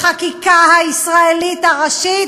בחקיקה הישראלית הראשית,